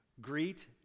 Greet